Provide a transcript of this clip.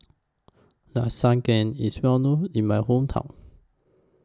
Lasagne IS Well known in My Hometown